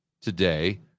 today